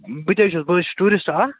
بہٕ تہِ حظ چھُس بہٕ حظ چھُس ٹیٛوٗرسٹہٕ اَکھ